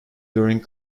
during